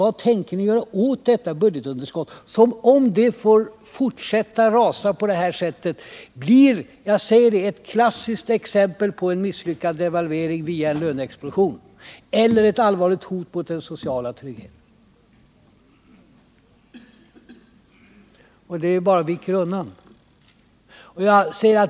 Vad tänker ni göra åt detta budgetunderskott, som om det får fortsätta att rasa på det här sättet blir ett klassiskt exempel på en misslyckad devalvering via en löneexplosion eller ett allvarligt hot mot den sociala tryggheten? Ni viker bara undan.